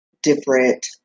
Different